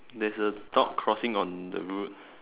there is a dog crossing on the road